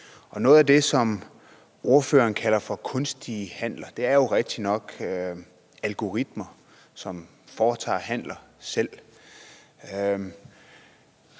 noget af det, som ordføreren kalder for kunstige handler, er jo rigtig nok algoritmer, som foretager handler selv.